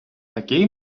такий